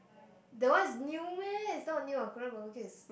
that one is new meh is not new what Korean barbeque is